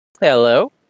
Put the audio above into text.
Hello